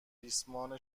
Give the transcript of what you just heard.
ریسمان